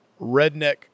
redneck